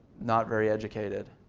not very educated.